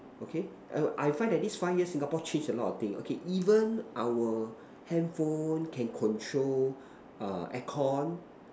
okay I will I find that this five year Singapore change a lot of thing okay even our handphone can control err aircon